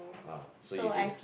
ah so you need ah